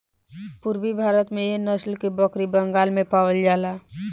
पूरबी भारत में एह नसल के बकरी बंगाल में पावल जाला